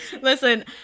Listen